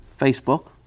Facebook